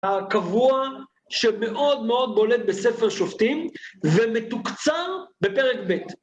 הקבוע שמאוד מאוד בולט בספר שופטים, ומתוקצר בפרק ב'.